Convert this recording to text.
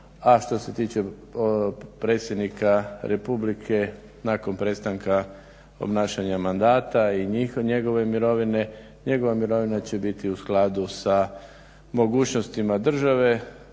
a što se tiče predsjednika Republike nakon prestanka obnašanja mandata i njegove mirovine, njegova mirovina će biti u skladu sa mogućnostima države,